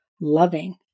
loving